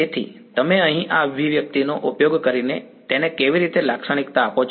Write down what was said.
તેથી તમે અહીં આ અભિવ્યક્તિનો ઉપયોગ કરીને તેને કેવી રીતે લાક્ષણિકતા આપો છો